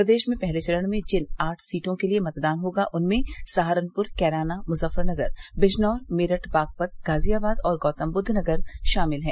प्रदेश में पहले चरण में जिन आठ सीटों के लिए मतदान होगा उनमें सहारनपुर कैराना मुजफ़फ़रनगर बिजनौर मेरठ बागपत गाजियाबाद और गौतमबुद्दनगर शामिल हैं